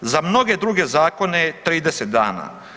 Za mnoge druge zakone je 30 dana.